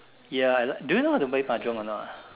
ya do you know how to play mahjong or not ah